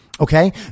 Okay